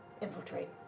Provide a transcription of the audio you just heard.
infiltrate